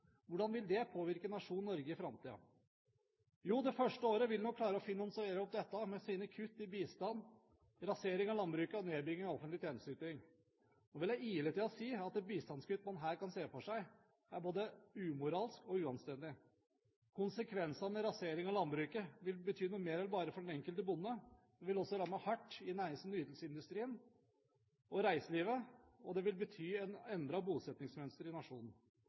Hvordan vil det påvirke nasjonen Norge i framtiden? Jo, det første året vil man klare å finansiere opp dette med sine kutt i bistand, rasering av landbruket og nedbygging av offentlig tjenesteyting. Nå vil jeg ile til og si at bistandskutt man her kan se for seg, er både umoralsk og uanstendig. Konsekvensene av rasering av landbruket vil bety noe mer enn for bare den enkelte bonde. Det vil også ramme hardt i nærings- og nytelsesmiddelindustrien og i reiselivet, og det vil bety et endret bosettingsmønster i nasjonen.